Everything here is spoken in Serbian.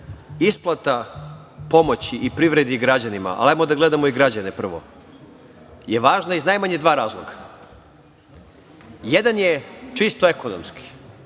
isplata pomoći i privredi i građanima, ali ajmo da gledamo građane prvo, važna je najmanje iz dva razloga. Jedan je čisto ekonomski.